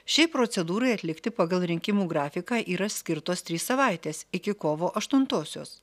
šiai procedūrai atlikti pagal rinkimų grafiką yra skirtos trys savaitės iki kovo aštuntosios